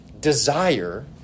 desire